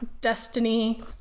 destiny